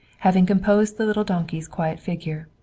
having composed the little donkey's quiet figure,